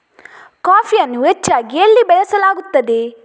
ಕಾಫಿಯನ್ನು ಹೆಚ್ಚಾಗಿ ಎಲ್ಲಿ ಬೆಳಸಲಾಗುತ್ತದೆ?